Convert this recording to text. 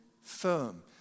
firm